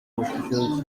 officials